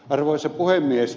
arvoisa puhemies